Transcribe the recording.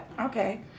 Okay